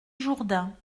jourdain